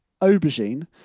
aubergine